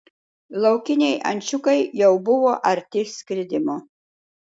laukiniai ančiukai jau buvo arti skridimo